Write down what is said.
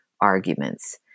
arguments